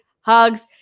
hugs